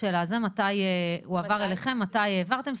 של זה - מתי הועבר אליכם ומתי העברתם.